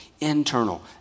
Internal